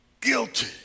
Guilty